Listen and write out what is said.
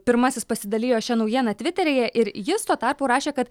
pirmasis pasidalijo šia naujiena tviteryje ir jis tuo tarpu rašė kad